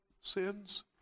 sins